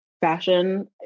fashion